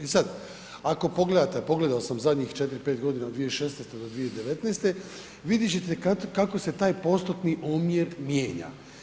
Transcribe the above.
E sad ako pogledate a pogledao sam zadnjih 4, 5 godina od 2016. do 2019. vidjeti ćete kako se taj postotni omjer mijenja.